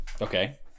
Okay